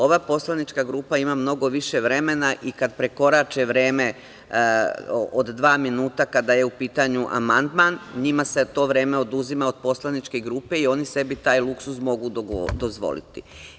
Ova poslanička grupa ima mnogo više vremena i kad prekorače vreme od dva minuta, kada je u pitanju amandman, njima se to vreme oduzima od poslaničke grupe i oni sebi taj luksuz mogu dozvoliti.